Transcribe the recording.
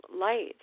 light